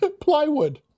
Plywood